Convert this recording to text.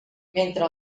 mentre